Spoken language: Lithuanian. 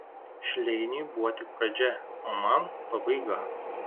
šleiniui buvo tik pradžia o man pabaiga